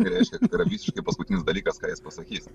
nereiškia kad yra visiškai paskutinis dalykas ką jis pasakys